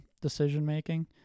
decision-making